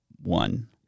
one